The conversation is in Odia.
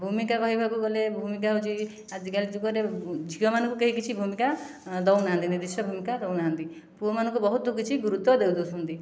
ଭୂମିକା କହିବାକୁ ଗଲେ ଭୂମିକା ହେଉଛି ଆଜି କାଲି ଯୁଗରେ ଝିଅମାନଙ୍କୁ କେହି କିଛି ଭୂମିକା ଦେଉ ନାହାନ୍ତି ନିର୍ଦ୍ଧିଷ୍ଟ ଭୂମିକା ଦେଉ ନାହାନ୍ତି ପୁଅମାନଙ୍କୁ ବହୁତ କିଛି ଗୁରୁତ୍ଵ ଦେଇ ଦେଉଛନ୍ତି